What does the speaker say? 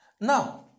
Now